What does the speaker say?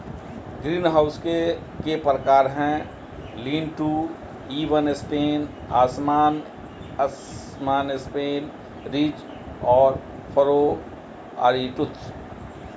greenhouse के प्रकार है, लीन टू, इवन स्पेन, असमान स्पेन, रिज और फरो, आरीटूथ